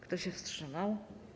Kto się wstrzymał?